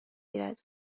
گیرد